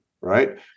Right